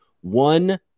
one